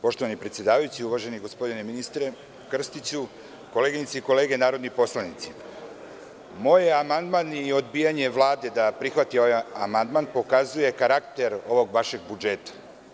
Poštovani predsedavajući, uvaženi gospodine ministre Krstiću, kolege narodni poslanici, moj amandman i odbijanje Vlade da prihvati ovaj amandman pokazuje karakter ovog vašeg budžeta.